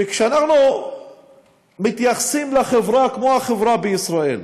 וכשאנחנו מתייחסים לחברה כמו החברה בישראל,